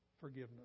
forgiveness